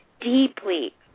deeply